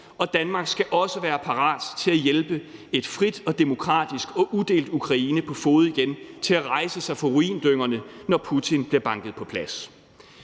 og Danmark skal også være parat til at hjælpe et frit og demokratisk og udelt Ukraine på fode igen til at rejse sig fra ruindyngerne, når Putin bliver banket på plads,